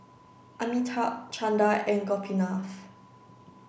Amitabh Chanda and Gopinath